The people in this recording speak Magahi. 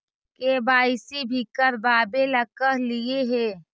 के.वाई.सी भी करवावेला कहलिये हे?